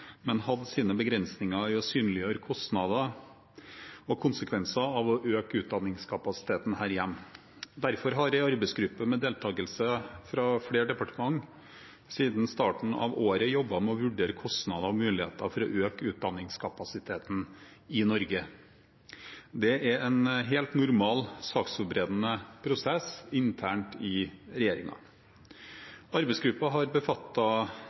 men hadde sine begrensninger i å synliggjøre kostnader og konsekvenser av å øke utdanningskapasiteten her hjemme. Derfor har en arbeidsgruppe med deltakelse fra flere departementer siden starten av året jobbet med å vurdere kostnader og muligheter for å øke utdanningskapasiteten i Norge. Det er en helt normal saksforberedende prosess internt i regjeringen. Arbeidsgruppen har